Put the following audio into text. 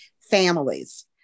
families